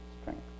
strength